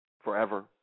Forever